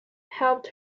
helped